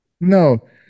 No